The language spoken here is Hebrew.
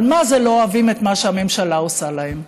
אבל מה-זה לא אוהבים את מה שהממשלה עושה להם.